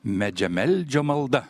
medžiameldžio malda